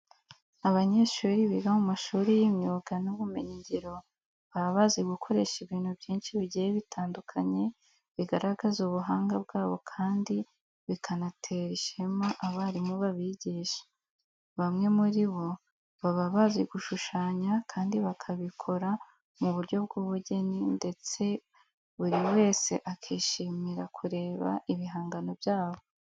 Abanyeshuri biga mu mashuri y'imyuga n'ubumenyingiro baba bazi gukora ibintu byinshi bigiye bitandukanye bigaragaza ubuhanga bwabo kandi bikanatera ishema abarimu babigisha. Bamwe muri bo baba bazi gushushanya kandi bakabikora mu buryo bw'ubugeni ndetse buri wese akishimira kureba ibihangano byabo.